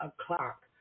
o'clock